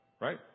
right